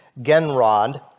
Genrod